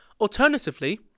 Alternatively